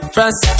France